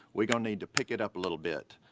we're gonna need to pick it up a little bit.